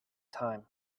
time